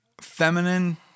Feminine